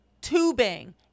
tubing